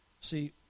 See